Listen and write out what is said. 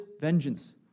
vengeance